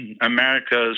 America's